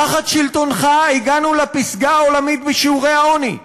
תחת שלטונך הגענו לפסגה העולמית בשיעורי העוני.